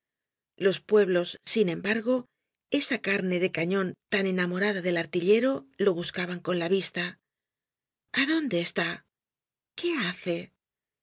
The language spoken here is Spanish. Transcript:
los pueblos sin embargo esa carne de cañon tan enamorada del artillero lo buscaban con la vista a dónde está qué hace